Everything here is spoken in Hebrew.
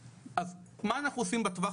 מה אנחנו עושים בטווח